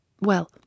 Well